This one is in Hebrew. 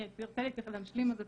תן לי להשלים את ההתייחסות.